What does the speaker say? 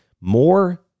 more